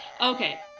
Okay